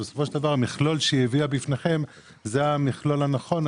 ובסופו של דבר המכלול שהיא הביאה בפניכם זה המכלול הנכון.